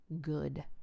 good